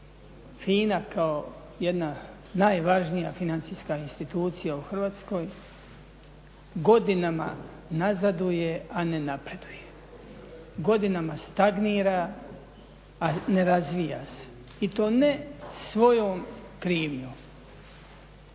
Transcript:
FINA kao jedna najvažnija financijska institucija u Hrvatskoj godinama nazaduje, a ne napreduje, godinama stagnira, a ne razvija se i to ne svojom krivnjom.